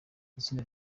itsinda